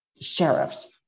sheriffs